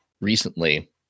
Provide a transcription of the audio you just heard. recently